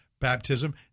baptism